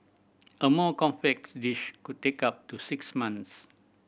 a more complex dish could take up to six months